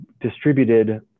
distributed